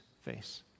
face